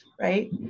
right